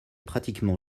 pratiquement